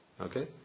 Okay